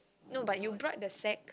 no but you brought the sack